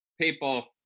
people